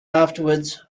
afterwards